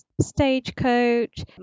stagecoach